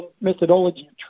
methodology